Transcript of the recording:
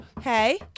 hey